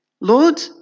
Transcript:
Lord